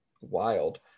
Wild